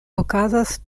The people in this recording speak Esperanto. okazas